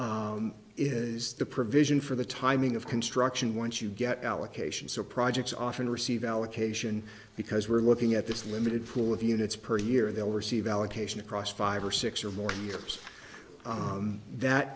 thing is the provision for the timing of construction once you get allocations for projects often receive allocation because we're looking at this limited pool of units per year they'll receive allocation across five or six or more years that